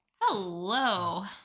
Hello